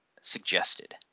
suggested